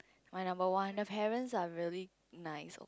my number one the parents are really nice